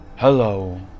Hello